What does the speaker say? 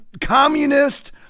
communist